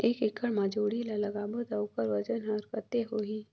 एक एकड़ मा जोणी ला लगाबो ता ओकर वजन हर कते होही?